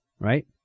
right